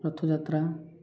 Rath Yatra